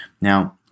now